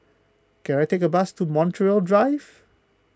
can I take a bus to Montreal Drive